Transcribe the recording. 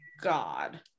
god